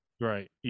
Right